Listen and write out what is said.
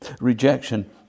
Rejection